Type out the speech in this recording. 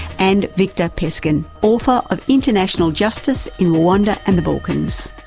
and victor peskin, author of international justice in rwanda and the balkans.